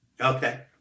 Okay